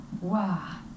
wow